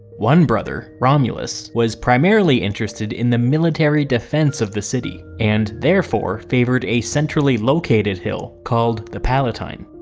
one brother, romulus, was primarily interested in the military defense of the city, and therefore favoured a centrally located hill called the palatine.